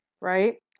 right